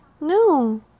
No